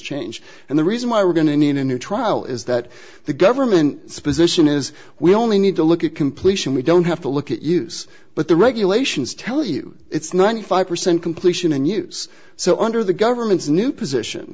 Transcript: change and the reason why we're going to need a new trial is that the government spends this in is we only need to look at completion we don't have to look at use but the regulations tell you it's ninety five percent completion in use so under the government's new position